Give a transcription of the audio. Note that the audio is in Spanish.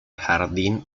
jardín